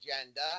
agenda